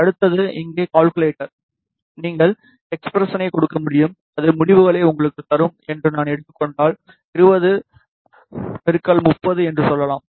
அடுத்தது இங்கே கால்குலேட்டர் நீங்கள் எக்ஸ்ப்ரசனை கொடுக்க முடியும் அது முடிவுகளை உங்களுக்குத் தரும் என்று நான் எடுத்துக் கொண்டால் 20 30 என்று சொல்லலாம்